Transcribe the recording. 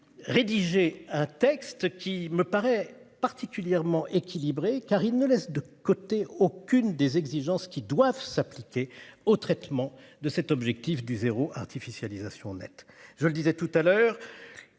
Rédiger un texte qui me paraît particulièrement équilibré car il ne laisse de côté. Aucune des exigences qui doivent s'appliquer au traitement de cet objectif du zéro artificialisation nette. Je le disais tout à l'heure.